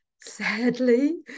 sadly